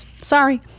Sorry